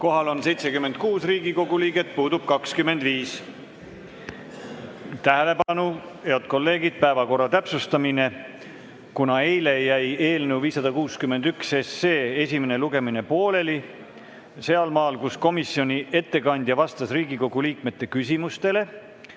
Kohal on 76 Riigikogu liiget, puudub 25. Tähelepanu, head kolleegid, päevakorra täpsustamine! Kuna eile jäi eelnõu 561 esimene lugemine pooleli sealmaal, kus komisjoni ettekandja vastas Riigikogu liikmete küsimustele,